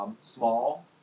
small